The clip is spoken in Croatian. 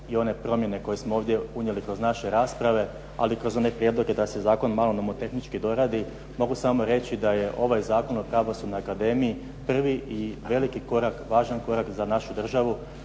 i one promjene koje smo unijeli kroz naše rasprave, ali kroz one prijedloge da se zakon malo nomotehnički doradi, mogu samo reći da je ovaj Zakon o pravosudnoj akademiji prvi i veliki korak, važan korak za našu državu,